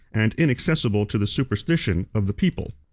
and inaccessible to the superstition, of the people.